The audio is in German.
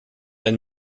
ein